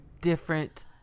different